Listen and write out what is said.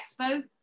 expo